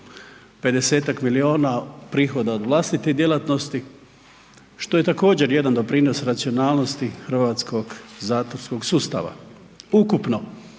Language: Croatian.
milijuna prihoda od vlastite djelatnosti, što je također jedan doprinos racionalnosti hrvatskog zatvorskog sustava. Ukupno